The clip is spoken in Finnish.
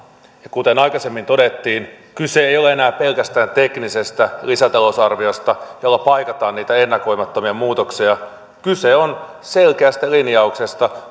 ja kuten aikaisemmin todettiin kyse ei ole enää pelkästään teknisestä lisätalousarviosta jolla paikataan niitä ennakoimattomia muutoksia kyse on selkeästä linjauksesta